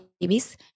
babies